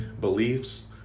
Beliefs